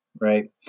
Right